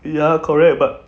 ya correct but